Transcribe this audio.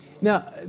Now